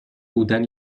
بودن